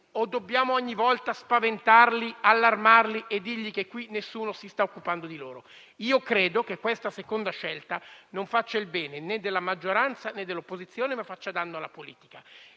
o vogliamo ogni volta spaventarli, allarmarli e dire che qui nessuno si sta occupando di loro? Io credo che questa seconda scelta non faccia il bene né della maggioranza, né dell'opposizione, ma faccia danno alla politica